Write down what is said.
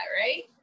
right